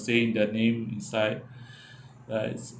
saying their name inside like